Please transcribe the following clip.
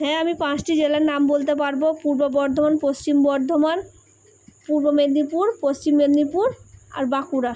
হ্যাঁ আমি পাঁচটি জেলার নাম বলতে পারবো পূর্ব বর্ধমান পশ্চিম বর্ধমান পূর্ব মেদিনীপুর পশ্চিম মেদিনীপুর আর বাঁকুড়া